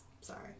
Sorry